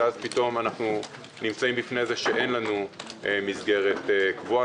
שאז פתאום אנחנו נמצאים בפני זה שאין לנו מסגרת קבועה.